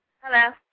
Hello